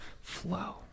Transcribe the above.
flow